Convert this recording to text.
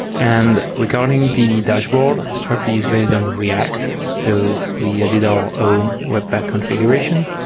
and regarding the dashboard, strapi is based on react. so we yeah did our own web pack configuration,